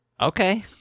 okay